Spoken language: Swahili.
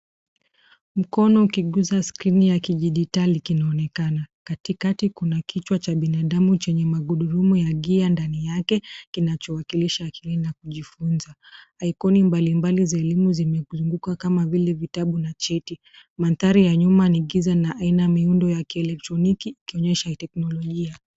Mkono ukigusa skrini ya kidigitali kinaonekana. Katikati kuna kichwa cha binadamu chenye magurudumu ya gia ndani yake, kinachowakilisha akili na kijifunza. Ikoni mbalimbali za elimu zimezunguka kama vile vitabu na cheti. Mandhari ya nyuma ni giza na aina miundo ya kielektroniki ikionyesha teknolojia